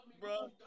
bro